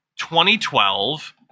2012